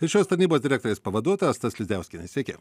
ir šios tarnybos direktorės pavaduotoja asta slidziauskienė sveiki